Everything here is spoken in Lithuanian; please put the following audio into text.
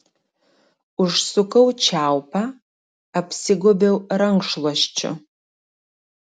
užsukau čiaupą apsigobiau rankšluosčiu